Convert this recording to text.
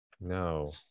no